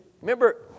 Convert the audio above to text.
Remember